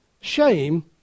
Shame